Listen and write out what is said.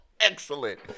Excellent